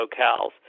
locales